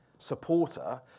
supporter